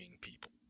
people